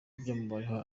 ibyamubayeho